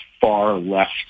far-left